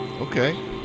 Okay